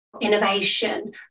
innovation